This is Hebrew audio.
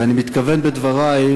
ואני מתכוון בדברי,